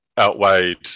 outweighed